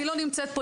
אני לא נמצאת כאן,